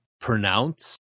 pronounce